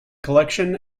collection